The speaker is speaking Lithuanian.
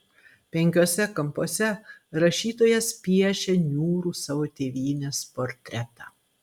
penkiuose kampuose rašytojas piešia niūrų savo tėvynės portretą